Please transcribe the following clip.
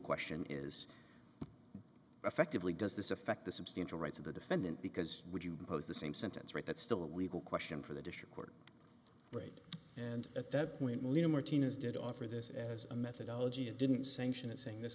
question is effectively does this affect the substantial rights of the defendant because would you post the same sentence right that's still a legal question for the district court right and at that point little more tina's did offer this as a methodology it didn't sanction it saying this